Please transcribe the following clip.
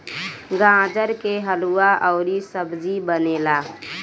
गाजर के हलुआ अउरी सब्जी बनेला